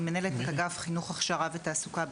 אני מנהלת אגף חינוך והכשרה ותעסוקה,